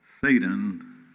Satan